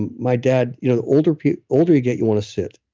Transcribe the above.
and my dad, you know the older you older you get, you want to sit,